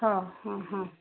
हा हा हा